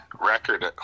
record